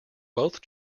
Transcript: both